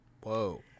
Whoa